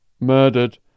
murdered